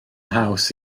haws